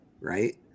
right